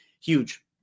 Huge